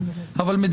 אבל,